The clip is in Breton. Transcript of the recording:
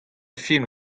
film